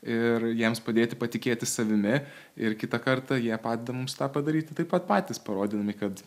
ir jiems padėti patikėti savimi ir kitą kartą jie padeda mums tą padaryti taip pat patys parodydami kad